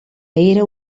era